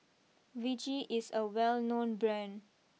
Vichy is a well known Brand